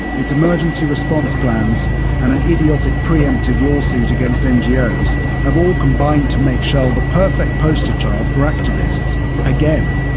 its emergency response plans and an idiotic pre-emptive lawsuit against ngos have all combined to make shell the perfect poster child for activists again.